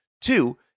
Two